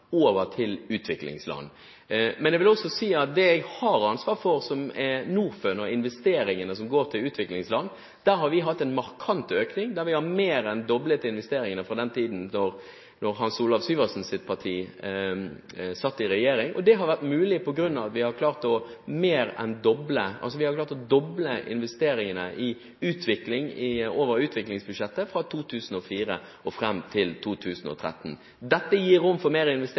over til utviklingsland. Men jeg vil også si at når det gjelder det jeg har ansvar for, som er Norfund og investeringene som går til utviklingsland, har vi hatt en markant økning – der har vi mer enn doblet investeringene fra den tiden da Hans Olav Syversens parti satt i regjering. Det har vært mulig på grunn av at vi har klart å doble investeringene over utviklingsbudsjettet fra 2004 fram til 2013. Dette gir rom for mer